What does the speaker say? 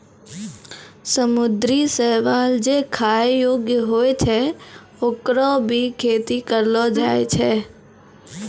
समुद्री शैवाल जे खाय योग्य होय छै, होकरो भी खेती करलो जाय छै